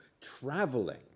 traveling